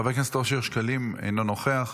חבר הכנסת אושר שקלים, אינו נוכח.